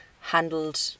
handled